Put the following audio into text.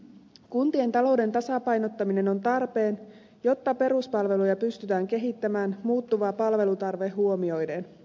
kuntien talouden tasapainottaminen on tarpeen jotta peruspalveluja pystytään kehittämään muuttuva palvelutarve huomioiden